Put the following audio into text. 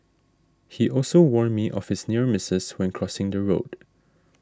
he always warn me of his near misses when crossing the road